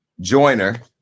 Joiner